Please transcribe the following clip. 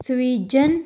Sweden